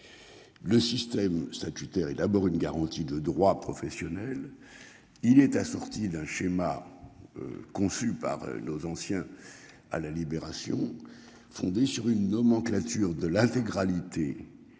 Le système statutaire et d'abord une garantie de droits professionnel il est assorti d'un schéma. Conçu par nos anciens. À la Libération fondé sur une nomenclature de l'intégralité.